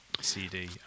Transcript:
CD